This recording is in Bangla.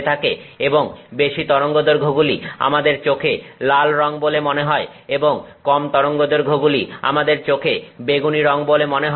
এবং বেশি তরঙ্গদৈর্ঘ্য গুলি আমাদের চোখে লাল রং বলে মনে হয় এবং কম তরঙ্গদৈর্ঘ্য গুলি আমাদের চোখে বেগুনি রং বলে মনে হয়